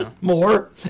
more